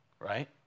right